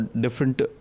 different